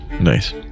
Nice